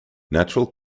natural